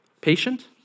Patient